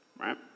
right